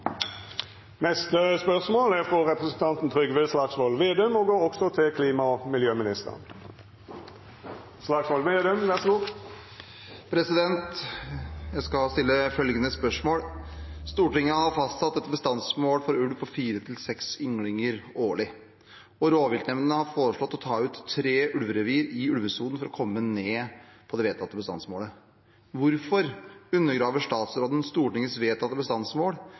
Jeg skal stille følgende spørsmål: «Stortinget har fastsatt et bestandsmål for ulv på 4-6 ynglinger årlig, og rovviltnemndene har foreslått å ta ut tre ulverevir i ulvesonen for å komme ned på bestandsmålet. Hvorfor undergraver statsråden Stortingets vedtatte bestandsmål